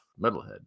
Metalhead